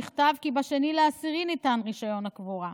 נכתב כי ב-2 באוקטובר ניתן רישיון הקבורה.